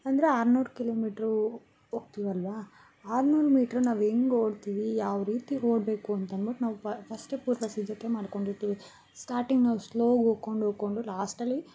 ಅಂದರೆ ಆರುನೂರು ಕಿಲೋಮೀಟ್ರೂ ಹೋಗ್ತಿವಲ್ವಾ ಆರುನೂರು ಮೀಟ್ರು ನಾವು ಹೆಂಗ್ ಓಡ್ತೀವಿ ಯಾವ ರೀತಿ ಓಡ್ಬೇಕು ಅಂತನ್ಬುಟ್ಟು ನಾವು ಫಸ್ಟೆ ಪೂರ್ವ ಸಿದ್ಧತೆ ಮಾಡಿಕೊಂಡಿರ್ತಿವಿ ಸ್ಟಾಟಿಂಗ್ ನಾವು ಸ್ಲೋಗ್ ಓಡ್ಕೊಂಡ್ ಓಡ್ಕೊಂಡು ಲಾಸ್ಟಲ್ಲಿ